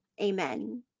Amen